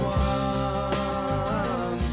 one